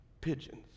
Pigeons